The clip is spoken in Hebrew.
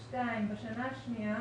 בשנה השנייה